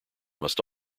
must